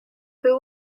who